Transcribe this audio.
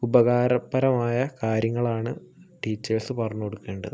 ഉപകാരപരമായ കാര്യങ്ങളാണ് ടീച്ചേഴ്സ് പറഞ്ഞു കൊടുക്കേണ്ടത്